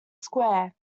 square